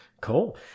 cool